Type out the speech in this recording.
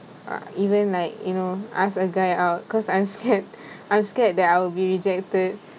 uh even like you know ask a guy out cause I'm scared I'm scared that I will be rejected